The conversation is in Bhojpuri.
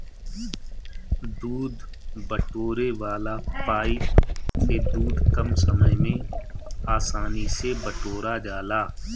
दूध बटोरे वाला पाइप से दूध कम समय में आसानी से बटोरा जाला